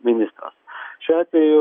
ministras šiuo atveju